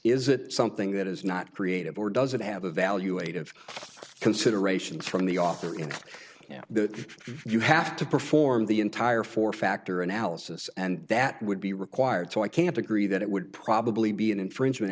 is it something that is not creative or does it have evaluative considerations from the author in that you have to perform the entire for factor analysis and that would be required so i can't agree that it would probably be an infringement